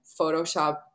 Photoshop